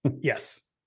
Yes